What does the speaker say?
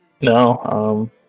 No